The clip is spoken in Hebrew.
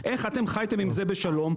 איך את חייתם עם זה בשלום,